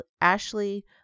Ashley